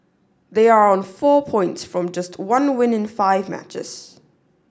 they are on four points from just one win in five matches